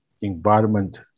environment